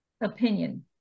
opinion